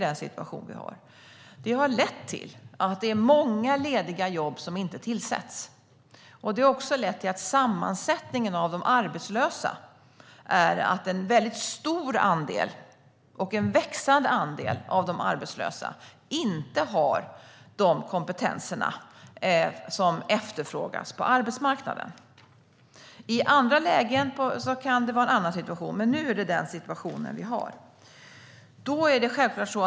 Det har lett till att det är många lediga jobb som inte tillsätts och till att en stor och växande andel av de arbetslösa inte har den kompetens som efterfrågas på arbetsmarknaden. I andra lägen kan det vara en annan situation. Men nu har vi den här situationen.